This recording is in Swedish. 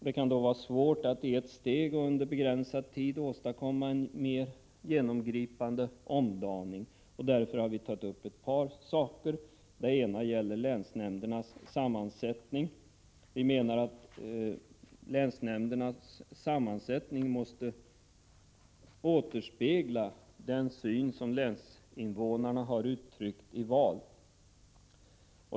Det kan då vara svårt att i ett steg och under begränsad tid åstadkomma en mer genomgripande omdaning. Därför har vi tagit upp ett par saker. Den ena gäller länsnämndernas sammansättning. Vi menar att länsnämndernas sammansättning måste återspegla den syn som länsinvånarna har uttryckt i val.